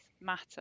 matter